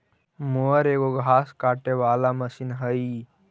mower एगो घास काटे वाला मशीन हई